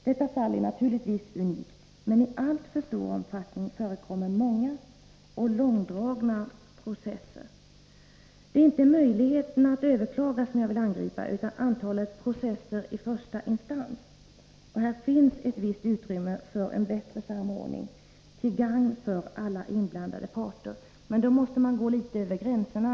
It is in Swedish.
Detta fall är naturligtvis unikt, men i alltför stor omfattning förekommer många och långdragna processer. Det är inte möjligheten att överklaga som jag vill angripa utan antalet processer i första instans. Här finns det ett visst utrymme för en bättre samordning till gagn för alla inblandade parter. Men då måste man gå litet över gränserna.